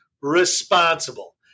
responsible